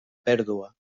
pèrdua